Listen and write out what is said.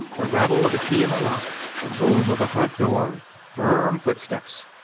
the rattle of a key in the lock. the boom of the front door. firm footsteps.